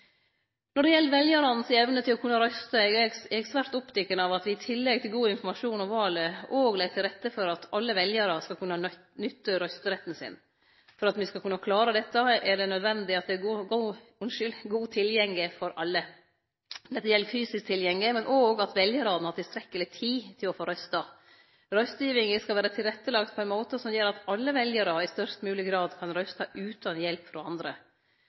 Når det gjeld veljarane si evne til å kunne røyste, er eg svært oppteken av at me i tillegg til god informasjon om valet òg legg til rette for at alle veljarar skal kunne nytte røysteretten sin. For at me skal kunne klare dette, er det naudsynt at det er godt tilgjenge for alle. Dette gjeld fysisk tilgjenge, men òg at veljarane har tilstrekkeleg tid til å få røyste. Røystegivinga skal vere tilrettelagd på ein måte som gjer at alle veljarar i størst mogleg grad kan røyste utan hjelp frå andre.